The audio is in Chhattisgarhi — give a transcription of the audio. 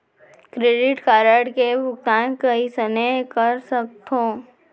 क्रेडिट कारड के भुगतान कईसने कर सकथो?